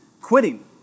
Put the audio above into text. quitting